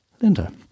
Linda